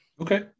Okay